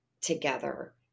together